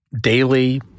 Daily